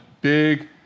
big